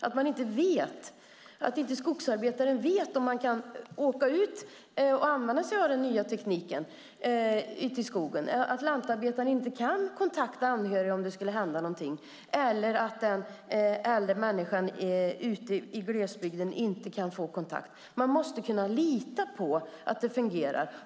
Skogsarbetare vet inte om de kan åka ut i skogen och använda sig av den nya tekniken. Lantarbetare kan inte kontakta anhöriga om det skulle hända någonting. Och äldre människor ute i glesbygden kan inte få kontakt med någon. Man måste kunna lita på att det fungerar.